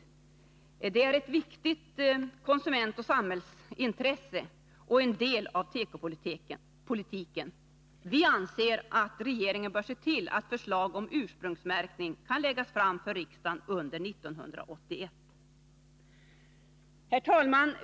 Åtgärder av det här slaget är ett viktigt konsumentoch samhällsintresse och en del av tekopolitiken. Vi anser att regeringen bör se till att förslag om ursprungsmärkning kan läggas fram för riksdagen under 1981. Herr talman!